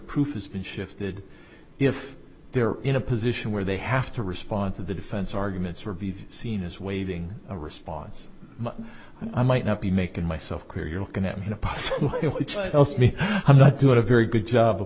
proof has been shifted if they're in a position where they have to respond to the defense arguments for be seen as waving a response i might not be making myself clear you're looking at a possible tells me i'm not doing a very good job of